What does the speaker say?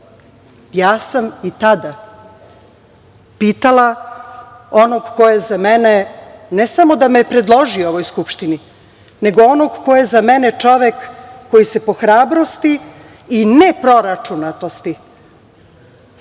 Ja sam i tada pitala onog ko je za mene, ne samo da me je predložio ovoj Skupštini, nego onog ko je za mene čovek koji se po hrabrosti i ne proračunatosti